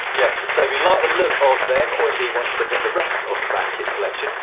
yes, so if you like the look of them, or indeed want to look at the rest of the fan kit collection,